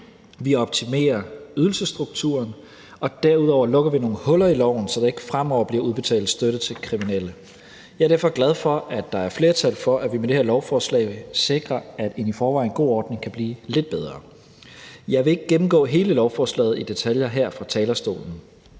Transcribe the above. vi optimerer ydelsesstrukturen, og derudover lukker vi nogle huller i loven, så der ikke fremover bliver udbetalt støtte til kriminelle. Jeg er derfor glad for, at der er flertal for, at vi med det her lovforslag sikrer, at en i forvejen god ordning kan blive lidt bedre. Jeg vil ikke gennemgå hele lovforslaget i detaljer her fra talerstolen,